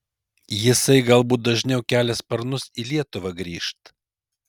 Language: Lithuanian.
jisai galbūt dažniau kelia sparnus į lietuvą grįžt